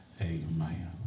amen